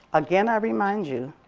again i remind you,